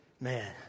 man